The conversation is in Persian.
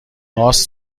هاست